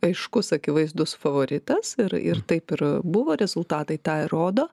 aiškus akivaizdus favoritas ir ir taip ir buvo rezultatai tą ir rodo